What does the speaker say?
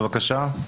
בבקשה.